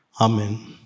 Amen